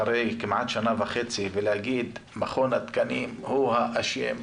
אחרי כמעט שנה וחצי ולהגיד שמכון התקנים הוא האשם,